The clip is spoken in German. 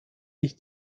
sich